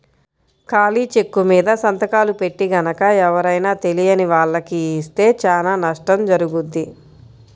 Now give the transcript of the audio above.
ఖాళీ చెక్కుమీద సంతకాలు పెట్టి గనక ఎవరైనా తెలియని వాళ్లకి ఇస్తే చానా నష్టం జరుగుద్ది